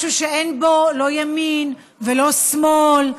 משהו שאין בו לא ימין ולא שמאל,